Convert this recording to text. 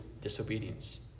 disobedience